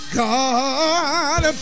god